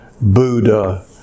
Buddha